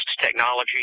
technology